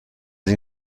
این